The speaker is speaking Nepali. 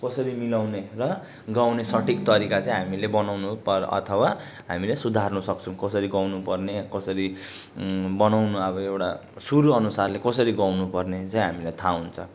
कसरी मिलाउने र गाउने सठिक तरिका चाहिँ हामीले बनाउनुपर्यो अथवा हामीले सुधार्न सक्छौँ कसरी गाउनेपर्ने कसरी बनाउनु अब एउटा सुर अनुसारले कसरी गाउनुपर्ने चाहिँ हामीलाई थाहा हुन्छ